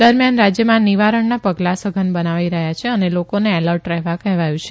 દરમિયાન રાજ્યમાં નિવારણના ઃ ગલા સંઘન બનાવાઇ રહ્યા છે અને લોકોને એલર્ટ રહેવા કેહવાયુ છે